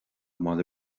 mála